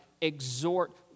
Exhort